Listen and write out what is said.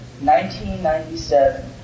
1997